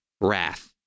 wrath